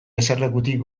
eserlekutik